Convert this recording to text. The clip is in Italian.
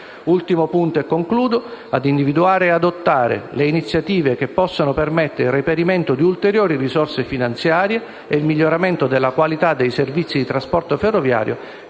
questo punto); infine, ad individuare e adottare le iniziative che possano permettere il reperimento di ulteriori risorse finanziarie e il miglioramento della qualità dei servizi di trasporto ferroviario